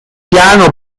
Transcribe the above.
piano